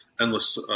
endless